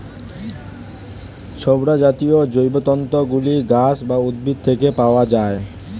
ছোবড়া জাতীয় জৈবতন্তু গুলি গাছ বা উদ্ভিদ থেকে পাওয়া যায়